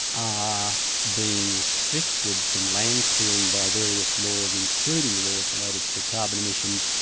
are being restricted from land clearing by various laws, including laws related to carbon emissions,